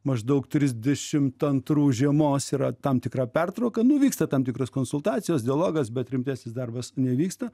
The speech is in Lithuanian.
maždaug trisdešimt antrų žiemos yra tam tikra pertrauka nu vyksta tam tikros konsultacijos dialogas bet rimtesnis darbas nevyksta